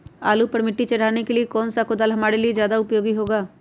आलू पर मिट्टी चढ़ाने के लिए कौन सा कुदाल हमारे लिए ज्यादा उपयोगी होगा?